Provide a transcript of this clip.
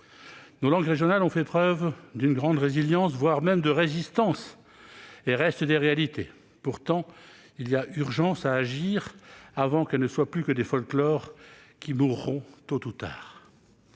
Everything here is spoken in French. Nos langues régionales ont fait preuve d'une grande résilience, voire de résistance, et restent des réalités. Pourtant, il y a urgence à agir, avant qu'elles ne soient plus que des folklores destinés à mourir tôt ou tard.